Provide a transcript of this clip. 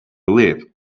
lip